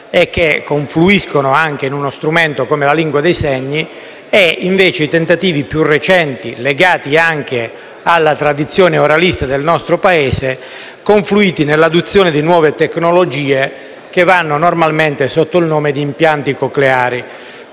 e che confluiscono anche in uno strumento come la lingua dei segni e, dall'altra, i tentativi più recenti, legati anche alla tradizione oralista del nostro Paese, confluiti nell'adozione di nuove tecnologie che vanno normalmente sotto il nome di impianti cocleari.